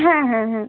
হ্যাঁ হ্যাঁ হ্যাঁ